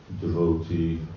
devotee